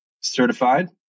certified